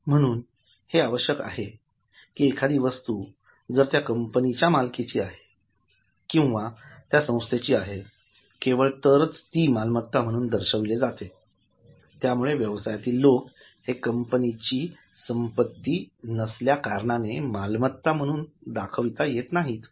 म्हणून हे आवश्यक आहे की एखादी वस्तू जर त्या कंपनीच्या मालकीची आहे किंवा त्या संस्थेची आहे केवळ तरच ती मालमत्ता म्हणून दर्शविली जाऊ शकते त्यामुळे व्यवसायातील लोक हे कंपनीची संपत्ती नसल्या कारणाने मालमत्ता म्हणून दाखविता येत नाहीत